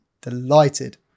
delighted